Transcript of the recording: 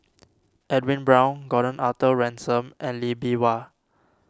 Edwin Brown Gordon Arthur Ransome and Lee Bee Wah